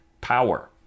power